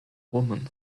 woman